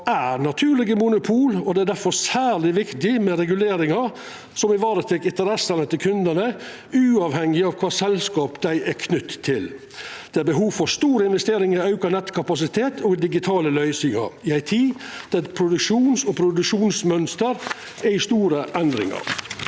er naturlege monopol, og det er difor særleg viktig med reguleringar som varetek interessene til kundane uavhengig av kva selskap dei er knytta til. Det er behov for store investeringar i auka nettkapasitet og digitale løysingar i ei tid då produksjons- og forbruksmønster er i stor endring.